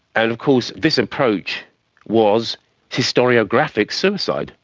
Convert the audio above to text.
and of course this approach was historiographic suicide.